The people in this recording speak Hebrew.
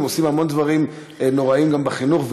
הם עושים המון דברים נוראים גם בחינוך,